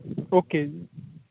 okay